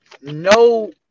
no